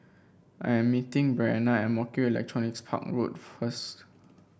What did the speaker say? I am meeting Breanna at Mo Kio Electronics Park Road first